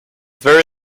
very